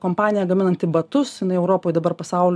kompanija gaminanti batus jinai europoj dabar pasauly